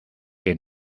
que